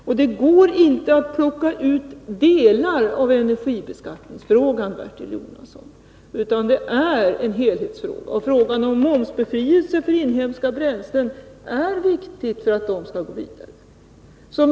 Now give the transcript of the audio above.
Och det går inte att plocka ut delar av energiskattefrågan, Bertil Jonasson, utan det är en helhetsfråga. Och frågan om momsbefrielse för inhemska bränslen är viktig för att dessa skall utvecklas vidare.